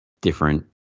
different